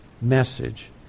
message